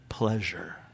pleasure